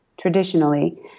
traditionally